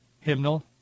hymnal